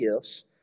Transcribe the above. gifts